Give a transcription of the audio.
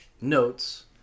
notes